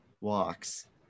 walks